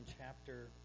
chapter